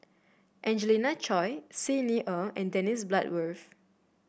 Angelina Choy Xi Ni Er and Dennis Bloodworth